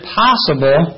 possible